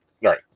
Right